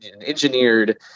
engineered